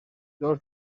dos